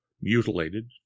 mutilated